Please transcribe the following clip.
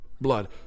blood